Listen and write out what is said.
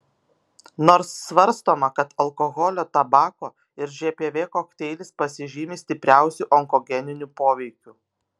nors svarstoma kad alkoholio tabako ir žpv kokteilis pasižymi stipriausiu onkogeniniu poveikiu